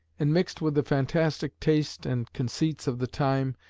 and mixed with the fantastic taste and conceits of the time,